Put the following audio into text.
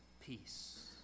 peace